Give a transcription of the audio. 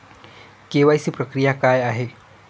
KYC प्रक्रिया काय आहे?